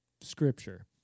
Scripture